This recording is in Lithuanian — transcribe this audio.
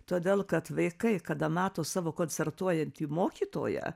todėl kad vaikai kada mato savo koncertuojantį mokytoją